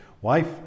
wife